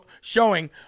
showing